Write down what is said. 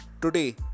Today